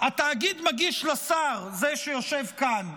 התאגיד מגיש לשר, זה שיושב כאן,